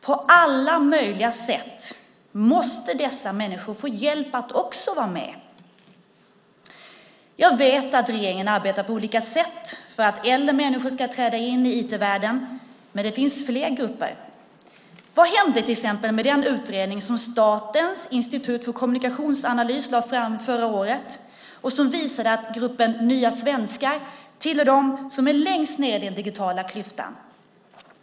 På alla möjliga sätt måste dessa människor få hjälp att också vara med. Jag vet att regeringen arbetar på olika sätt för att äldre människor ska träda in i IT-världen. Men det finns fler grupper. Vad hände till exempel med den utredning som Statens institut för kommunikationsanalys lade fram förra året och som visade att gruppen nya svenskar tillhör dem som är längst ned i den digitala klyftan?